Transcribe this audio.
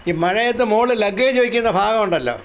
ഈ മഴയത്ത് മുകളിൽ ലഗ്ഗേജ് വയ്ക്കുന്ന ഭാഗമുണ്ടല്ലോ